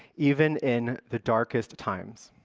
even in the darkest times.